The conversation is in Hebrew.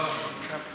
לא, משם.